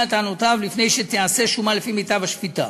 טענותיו לפני שתיעשה שומה לפי מיטב השפיטה.